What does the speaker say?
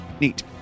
Neat